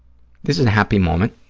this is a happy moment,